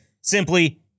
simply